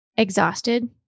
Exhausted